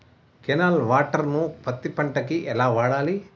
Canal water ను పత్తి పంట కి ఎలా వాడాలి?